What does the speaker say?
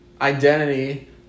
identity